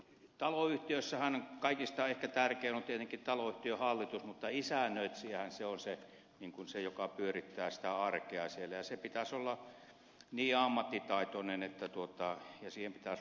taloyhtiöissähän ehkä kaikista tärkein on taloyhtiön hallitus mutta isännöitsijähän on se joka pyörittää sitä arkea siellä ja tämän pitäisi olla niin ammattitaitoinen että häneen voisi luottaa